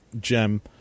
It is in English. gem